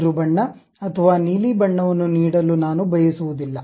ಹಸಿರು ಬಣ್ಣ ಅಥವಾ ನೀಲಿ ಬಣ್ಣವನ್ನು ನೀಡಲು ನಾನು ಬಯಸುವುದಿಲ್ಲ